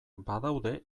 badaude